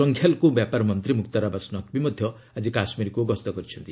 ସଂଖ୍ୟାଲଘୁ ବ୍ୟାପାର ମନ୍ତ୍ରୀ ମୁକ୍ତାର ଆବାସ ନକବୀ ମଧ୍ୟ ଆଜି କାଶ୍ମୀରକୁ ଗସ୍ତ କରିଛନ୍ତି